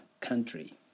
country